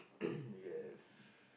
yes